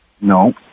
No